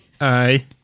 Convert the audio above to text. Aye